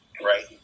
right